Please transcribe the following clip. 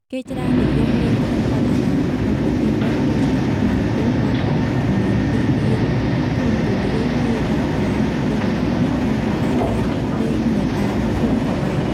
គេច្រើននិយមលេងក្នុងវត្ដអារាម ក្នុងពិធីបុណ្យចូលឆ្នាំខ្មែរ ព្រោះវត្ដមានទីវាលធំទូលាយ ងាយដល់ការលេងល្បែងនេះ តែអាច លេងនៅតាមភូមិក៏បាន។